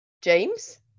James